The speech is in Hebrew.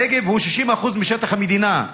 הנגב הוא 60% משטח המדינה.